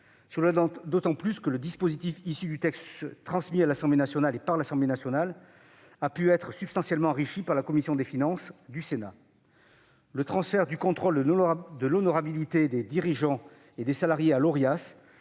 d'autant plus vrai que le dispositif issu du texte transmis par l'Assemblée nationale a pu être substantiellement enrichi par la commission des finances du Sénat. Le transfert du contrôle de l'honorabilité des dirigeants et des salariés à l'Orias,